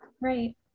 right